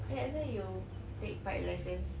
eh like why you take bike license